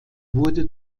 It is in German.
wurde